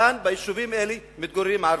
כאן, ביישובים האלה, מתגוררים ערבים.